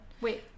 Wait